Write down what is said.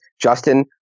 Justin